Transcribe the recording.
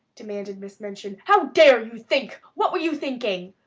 demanded miss minchin. how dare you think? what were you thinking?